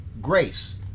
grace